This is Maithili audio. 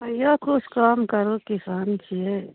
तैओ किछु कम करू किसान छिए